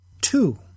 Two